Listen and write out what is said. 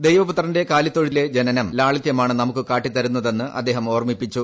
ദൈവപുത്രന്റെ കാലിത്തൊഴിത്തിലെ ജനനം ലാളിത്യമാണ് നമുക്ക് കാട്ടിത്തരുന്നതെന്ന് അദ്ദേഹം ഓർമ്മിപ്പിച്ചു